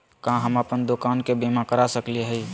का हम अप्पन दुकान के बीमा करा सकली हई?